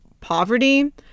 poverty